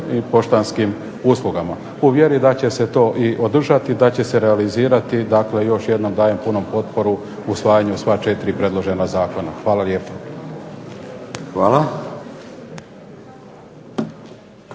i poštanskim uslugama. U vjeri da će se to i održati, da će se realizirati. Dakle, još jednom dajem punu potporu usvajanju sva četiri predložena zakona. Hvala lijepo.